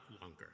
longer